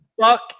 fuck